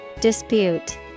Dispute